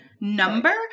number